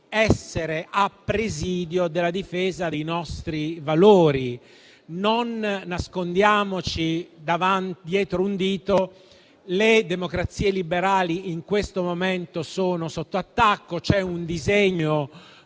essere a presidio della difesa dei nostri valori. Non nascondiamoci dietro un dito: le democrazie liberali in questo momento sono sotto attacco; c'è un disegno